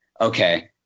okay